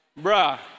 bruh